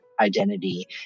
identity